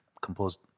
composed